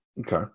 Okay